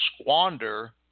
squander